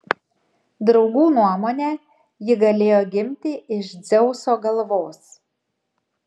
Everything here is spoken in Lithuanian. draugų nuomone ji galėjo gimti iš dzeuso galvos